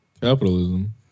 capitalism